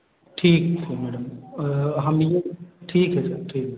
ठीक है मैडम हम ये ठीक है ठीक है